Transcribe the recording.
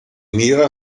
mira